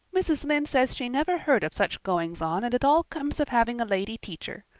mrs. lynde says she never heard of such goings on and it all comes of having a lady teacher.